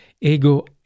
Ego